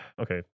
okay